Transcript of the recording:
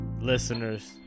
listeners